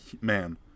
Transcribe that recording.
man